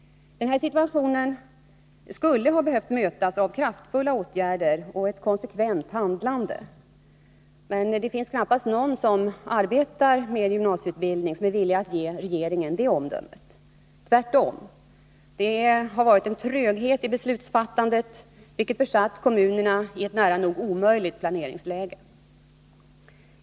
Denna situation skulle ha behövt mötas av kraftfulla åtgärder och ett konsekvent handlande. Men det finns knappast någon som arbetar med gymnasieutbildning som är villig att ge regeringen det omdömet. Tvärtom. Det har varit en tröghet i beslutsfattandet, vilket har satt kommunerna i ett nära nog omöjligt planeringsläge.